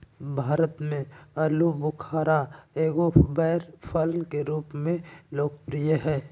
भारत में आलूबुखारा एगो बैर फल के रूप में लोकप्रिय हइ